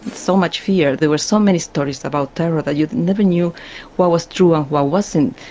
so much fear, there were so many stories about terror that you never knew what was true and what wasn't.